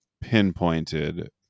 pinpointed